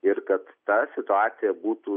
ir kad ta situacija būtų